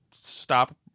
stop